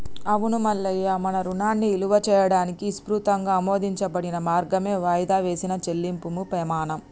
అవును మల్లయ్య మన రుణాన్ని ఇలువ చేయడానికి ఇసృతంగా ఆమోదించబడిన మార్గమే వాయిదా వేసిన చెల్లింపుము పెమాణం